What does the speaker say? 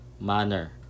manner